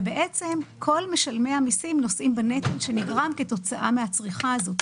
בעצם כל משלמי המיסים נושאים בנטל שנגרם כתוצאה מן הצריכה הזאת.